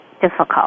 difficult